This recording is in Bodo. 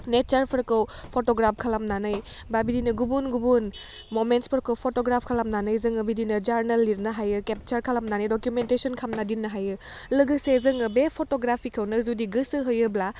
नेत्सारफोरखौ फट'ग्राफ खालामानानै बा बिदिनो गुबुन गुबुन ममेन्टसफोरखौ फट'ग्राफ खालामनानै जोङो बिदिनो जार्नाल लिरनो हायो केपसार्ट खालामनानै डकेमेन्टसन खामना दोननो हायो लोगोसे जोङो बे फट'ग्राफिखौनो जुदि गोसो होयोब्ला